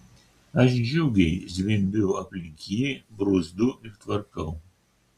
aš džiugiai zvimbiu aplink jį bruzdu ir tvarkau